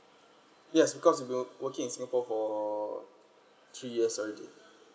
yes because you've been working in singapore for three years already